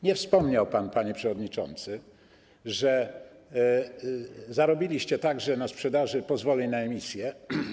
Nie wspomniał pan, panie przewodniczący, że zarobiliście także na sprzedaży pozwoleń na emisję.